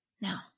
Now